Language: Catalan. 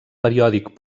periòdic